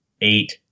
Eight